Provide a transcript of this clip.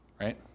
right